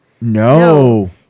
No